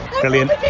Brilliant